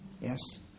Yes